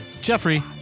Jeffrey